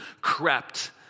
crept